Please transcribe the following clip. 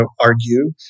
argue